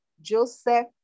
Joseph